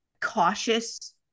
cautious